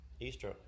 Easter